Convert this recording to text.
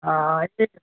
હા હા એટલે જ